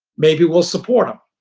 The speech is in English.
maybe we'll support them.